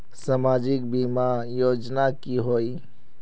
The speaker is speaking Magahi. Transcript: सामाजिक बीमा योजना की होय?